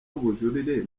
ubujurire